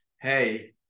hey